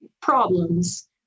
problems